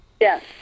Yes